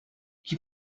qui